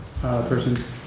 persons